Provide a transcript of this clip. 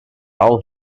all